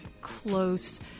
close